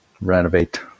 renovate